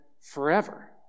forever